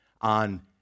on